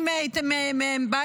-- זה לא החוק.